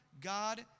God